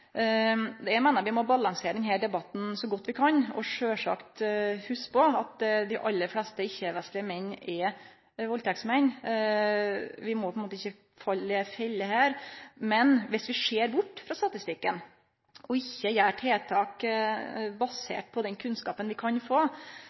Eg meiner vi må balansere denne debatten så godt vi kan, og sjølvsagt hugse på at dei aller fleste ikkje-vestlege menn ikkje er valdtektsmenn. Vi må ikkje gå i ei felle her. Men om vi ser bort frå statistikken og ikkje gjer tiltak